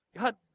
God